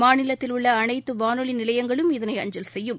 மாநிலத்தில் உள்ள அனைத்து வானொலி நிலையங்களும் இதனை அஞ்சல் செய்யும்